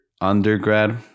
undergrad